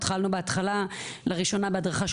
התחלנו בהתחלה בהדרכה של